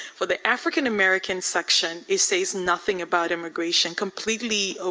for the african-american section, it says nothing about immigration, completely, ah